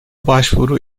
başvuru